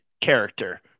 character